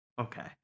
okay